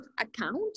account